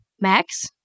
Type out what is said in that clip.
Max